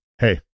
Hey